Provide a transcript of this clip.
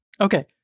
okay